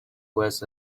was